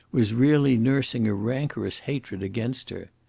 was really nursing a rancorous hatred against her.